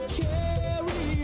carry